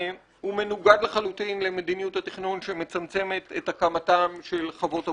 הוא מנוגד לחלוטין למדיניות התכנון שמצמצמת את הקמתן של חוות הבודדים,